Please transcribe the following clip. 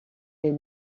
est